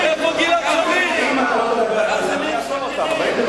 אתם מדברים